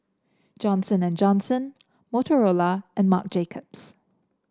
Johnson And Johnson Motorola and Marc Jacobs